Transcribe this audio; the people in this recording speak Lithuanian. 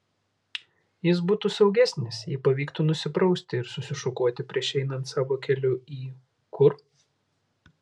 jis būtų saugesnis jei pavyktų nusiprausti ir susišukuoti prieš einant savo keliu į kur